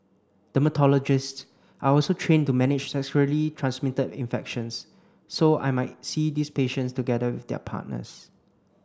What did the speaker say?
dermatologists are also trained to manage sexually transmitted infections so I might see these patients together with their partners